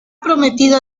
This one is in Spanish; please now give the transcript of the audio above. prometido